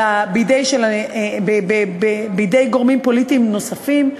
אלא בידי גורמים פוליטיים נוספים,